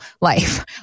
life